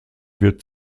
wird